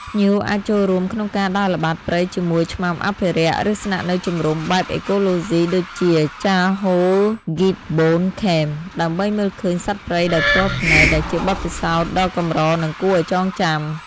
ភ្ញៀវអាចចូលរួមក្នុងការដើរល្បាតព្រៃជាមួយឆ្មាំអភិរក្ស ឬស្នាក់នៅជំរុំបែបអេកូឡូស៊ីដូចជា ចាហ៊ូ ហ្គីបប៊ូន ឃេម Jahoo Gibbon Camp ដើម្បីមើលឃើញសត្វព្រៃដោយផ្ទាល់ភ្នែក ដែលជាបទពិសោធន៍ដ៏កម្រនិងគួរឱ្យចងចាំ។